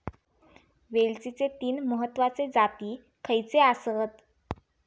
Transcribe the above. वेलचीचे तीन महत्वाचे जाती खयचे आसत?